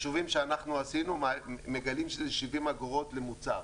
החישובים שאנחנו עשינו מגלים שזה 70 אגורות למוצר.